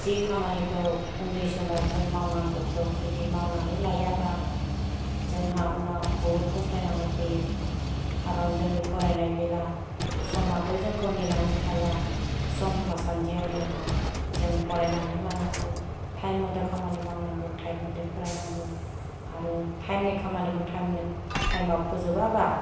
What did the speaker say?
जे खामानिखौ उन्दै समाव जों मावनांगौखौ जुदि मावनानै लायाबा जोंहा उनाव बुहुथ फसथायनांगौ फैयो कारन जोंनि फरायनाय बेला समाथ' जोंखौ नेनानै थाया सम थासान्दियावनो जों फरायनानै लानांगौ टाइम मथे खामानि मावनांगौ टाइम मथे फरायनांगौ आरो टाइम नि खामानिखौ टाइमाव फोजोबाबा